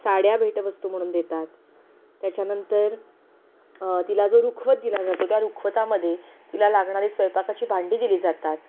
साड्या भेटवस्तू म्हणून देतात त्याच्यानंतर तिला जो रुखवत दिला जातो त्या रुखवतामध्ये तिला लागणारी स्वयंपाकाची भांडी दिली जातात